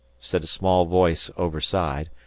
said a small voice overside,